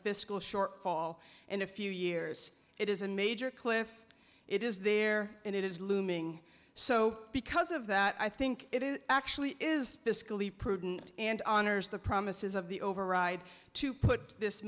fiscal short fall in a few years it is a major cliff it is there and it is looming so because of that i think it is actually is prudent and honors the promises of the override to put this